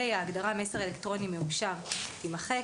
ההגדרה "מסר אלקטרוני מאושר" - תימחק.